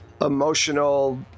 emotional